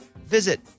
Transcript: visit